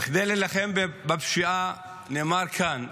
וכדי להילחם בפשיעה, נאמר כאן: